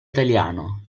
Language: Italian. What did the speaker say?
italiano